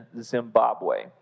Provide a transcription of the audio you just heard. Zimbabwe